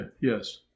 yes